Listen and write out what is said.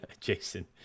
Jason